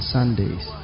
Sundays